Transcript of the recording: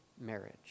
marriage